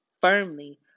firmly